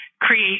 create